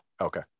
okay